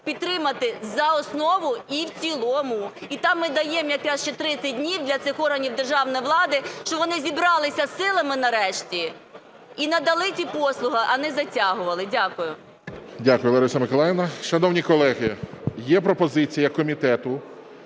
підтримати за основу і в цілому. І там ми даємо якраз ще 30 днів для цих органів державної влади, щоб вони зібралися силами нарешті і надали ті послуги, а не затягували. Дякую. ГОЛОВУЮЧИЙ. Дякую, Лариса Миколаївна. Шановні колеги, є пропозиція комітету